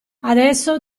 adesso